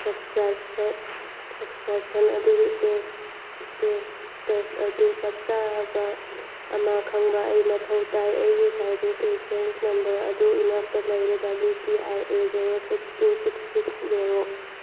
subscription ꯑꯗꯨꯒꯤ status ꯑꯗꯨ ꯆꯞ ꯆꯥꯕ ꯑꯃ ꯈꯪꯕ ꯑꯩ ꯃꯊꯧ ꯇꯥꯏ ꯑꯩꯒꯤ ꯁꯥꯔꯕꯤꯁ ꯔꯤꯐ꯭ꯔꯦꯟꯁ ꯅꯝꯕꯔ ꯑꯗꯨ ꯏꯅꯥꯛꯇ ꯂꯩꯔꯦ W T R A zero six two six six zero